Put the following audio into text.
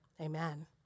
Amen